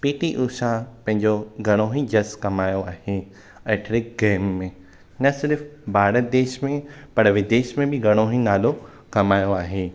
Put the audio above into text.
P T Usha पंहिंजो घणो ई जसु कमायो आहे एथलिक गेम में न सिर्फ़ भारत देश में पर विदेश में बि घणो ई नालो कमायो आहे